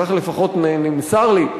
כך לפחות נמסר לי,